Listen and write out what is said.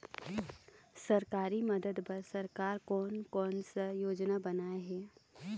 सरकारी मदद बर सरकार कोन कौन सा योजना बनाए हे?